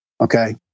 Okay